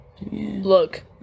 look